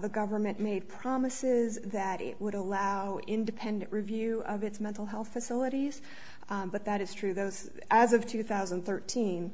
the government made promises that it would allow independent review of its mental health facilities but that is true those as of two thousand and thirteen